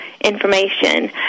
information